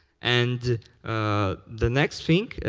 and the next thing,